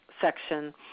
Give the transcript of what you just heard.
section